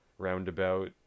Roundabout